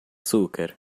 açúcar